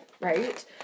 Right